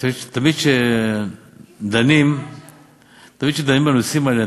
תמיד כשדנים בנושאים האלה,